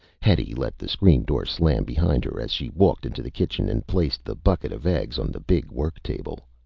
hetty let the screen door slam behind her as she walked into the kitchen and placed the bucket of eggs on the big work table.